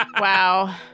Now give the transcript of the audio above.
Wow